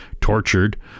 tortured